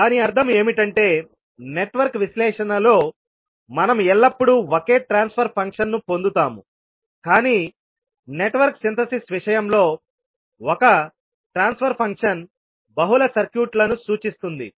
దాని అర్థం ఏమిటంటే నెట్వర్క్ విశ్లేషణలో మనం ఎల్లప్పుడూ ఒకే ట్రాన్స్ఫర్ ఫంక్షన్ను పొందుతాము కానీ నెట్వర్క్ సింథసిస్ విషయంలో ఒక ట్రాన్స్ఫర్ ఫంక్షన్ బహుళ సర్క్యూట్లను సూచిస్తుంది